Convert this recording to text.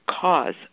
cause